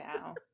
now